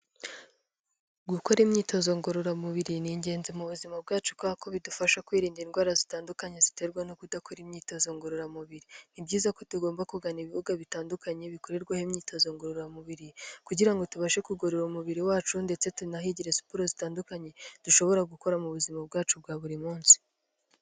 Gukora imyitozo ngororamubiri ni ingenzi mu buzima bwacu, kuko bidufasha kwirinda indwara zitandukanye ziterwa no kudakora imyitozo ngororamubiri. Ni byiza ko tugomba kugana ibibuga bitandukanye bikorerwaho imyitozo ngororamubiri, kugira ngo tubashe kugorora umubiri wacu ndetse tunahigire siporo zitandukanye dushobora gukora mu buzima bwacu bwa buri munsi.